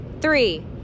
three